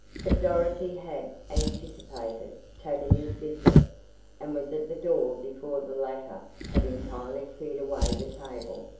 but dorothy had anticipated tavia's visit and was at the door before the latter had entirely cleared away the table.